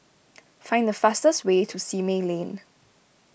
find the fastest way to Simei Lane